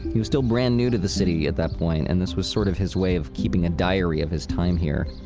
he was still brand new to the city at that point and this was sort of his way of keeping a diary of his time here.